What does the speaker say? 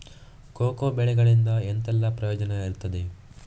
Cocoa ಬೆಳೆಗಳಿಂದ ಎಂತೆಲ್ಲ ಪ್ರಯೋಜನ ಇರ್ತದೆ?